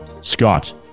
Scott